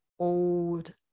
old